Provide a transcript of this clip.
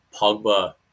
Pogba